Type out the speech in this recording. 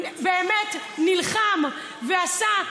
באמת נלחם ועשה,